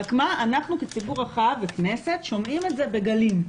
אלא שאנחנו כציבור רחב וכנסת שומעים את זה בגלים.